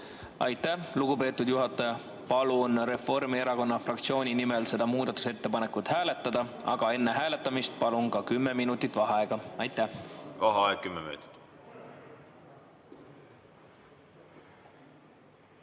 Aitäh, lugupeetud juhataja! Palun Reformierakonna fraktsiooni nimel seda muudatusettepanekut hääletada, aga enne seda palun kümme minutit vaheaega. Vaheaeg kümme minutit.V